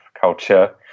culture